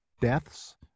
deaths